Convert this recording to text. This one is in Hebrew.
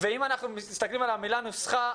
ואם אנחנו מסתכלים על המילה "נוסחה",